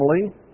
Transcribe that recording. family